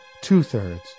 two-thirds